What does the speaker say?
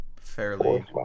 fairly